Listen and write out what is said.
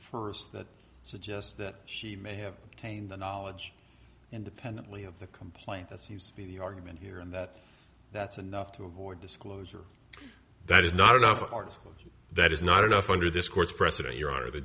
first that suggests that he may have gained the knowledge independently of the complaint that sees the argument here and that that's enough to avoid disclosure that is not enough that is not enough under this court's precedent your honor the